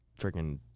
freaking